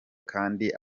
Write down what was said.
kandi